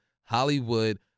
Hollywood